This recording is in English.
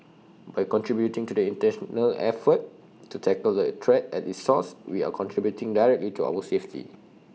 by contributing to the International effort to tackle the threat at its source we are contributing directly to our safety